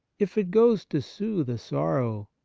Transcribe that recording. if it goes to soothe a sorrow,